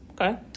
Okay